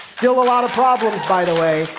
still a lot of problems, by the way,